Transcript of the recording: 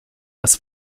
das